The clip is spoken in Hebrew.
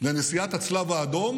לנשיאת הצלב האדום